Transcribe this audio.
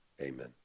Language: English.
Amen